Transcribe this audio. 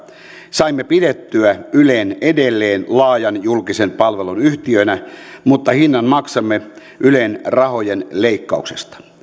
saimme pidettyä ylen edelleen laajan julkisen palvelun yhtiönä mutta hinnan maksamme ylen rahojen leikkauksista